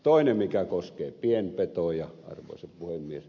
toinen asia koskee pienpetoja arvoisa puhemies